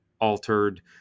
altered